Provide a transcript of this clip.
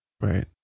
Right